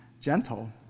gentle